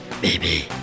baby